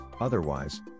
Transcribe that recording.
Otherwise